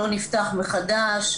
לא נפתח מחדש,